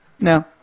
No